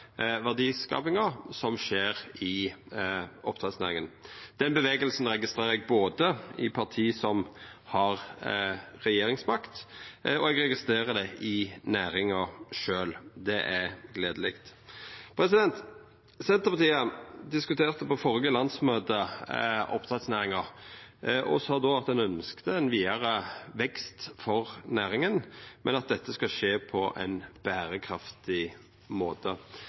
verdiskapinga som skjer i oppdrettsnæringa. Den bevegelsen registrerer eg både i parti som har regjeringsmakt, og i næringa sjølv. Det er gledeleg. Senterpartiet diskuterte oppdrettsnæringa på førre landsmøte og sa då at ein ønskte ein vidare vekst for næringa, men at dette skal skje på ein berekraftig måte.